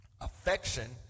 Affection